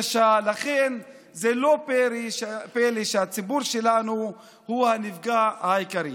לכן זה לא פלא שהציבור שלנו הוא הנפגע העיקרי.